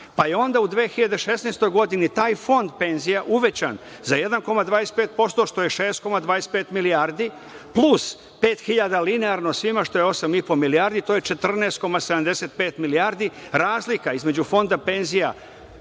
pa je onda u 2016. godini taj fond penzija uvećan za 1,25% što je 6,25 milijardi plus 5.000 linearno svima, što je 8,5 milijardi i to je 14,75 milijardi. Razlika između fonda penzija